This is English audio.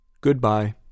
Goodbye